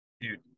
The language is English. Dude